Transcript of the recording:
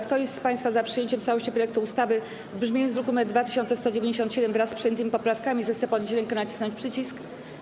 Kto z państwa jest za przyjęciem w całości projektu ustawy w brzmieniu z druku nr 2197, wraz z przyjętymi poprawkami, zechce podnieść rękę i nacisnąć przycisk.